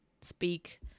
speak